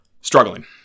struggling